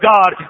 God